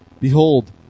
Behold